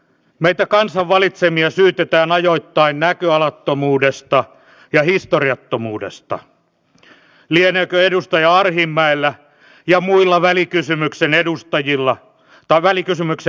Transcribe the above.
näitä kansan valitsemia syytetään kärsinyt pahan kolauksen aivan kuten edustaja juvonen aiemmin totesi